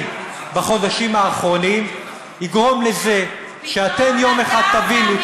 בחודשים האחרונים יגרום לזה שאתם יום אחד תבינו.